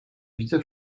widzę